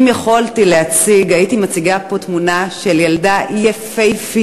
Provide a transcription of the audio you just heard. אם יכולתי להציג הייתי מציגה פה תמונה של ילדה יפהפייה,